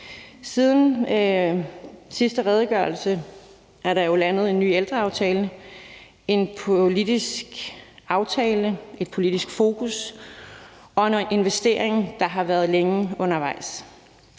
den sidste redegørelse er der jo landet en ny ældreaftale, en politisk aftale, et politisk fokus, og en investering, der har været længe undervejs.